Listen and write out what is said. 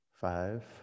five